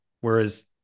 whereas